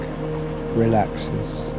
relaxes